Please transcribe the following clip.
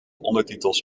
ondertitels